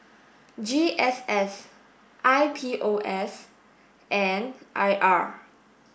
G S S I P O S and I R